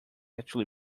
actually